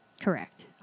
Correct